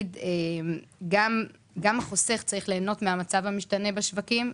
גם החוסך צריך ליהנות מהמצב המשתנה בשווקים,